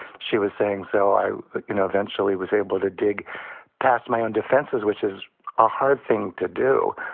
she was saying so i know eventually was able to dig past my own defenses, which is a hard thing to do,